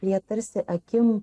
jie tarsi akim